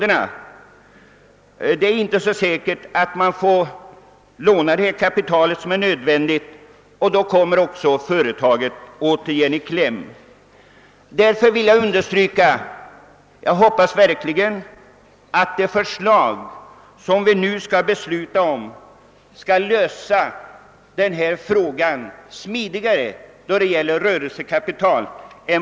Det är emellertid inte så säkert att det går att låna det nödvändiga kapitalet, och då kommer företaget åter i kläm. Jag hoppas därför att det förslag vi nu skall besluta om på ett smidigare sätt än tidigare skall lösa frågan om rörelsekapital.